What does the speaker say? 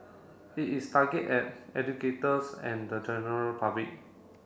it is target at educators and the general public